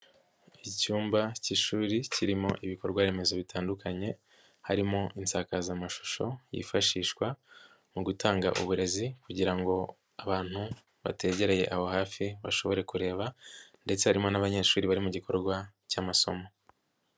Icyumba k'ishuri kirimo ibikorwa remezo bitandukanye harimo insakazamashusho yifashishwa mu gutanga uburezi kugira ngo abantu bategereye aho hafi bashobore kureba ndetse harimo n'abanyeshuri bari mu gikorwa cy'amasomo.